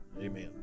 amen